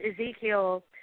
Ezekiel –